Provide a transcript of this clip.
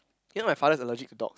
you know my father is allergic to dog